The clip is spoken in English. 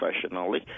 professionally